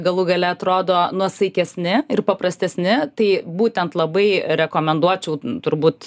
galų gale atrodo nuosaikesni ir paprastesni tai būtent labai rekomenduočiau turbūt